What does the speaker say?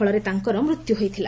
ଫଳରେ ତାଙ୍କର ମୃତ୍ୟୁ ହୋଇଥିଲା